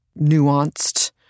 nuanced